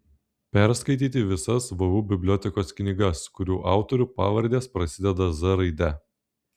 perskaityti visas vu bibliotekos knygas kurių autorių pavardės prasideda z raide